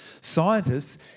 Scientists